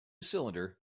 cylinder